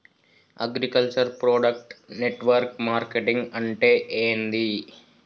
Agriculture product network marketing అంటే ఏంది?